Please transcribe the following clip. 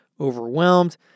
overwhelmed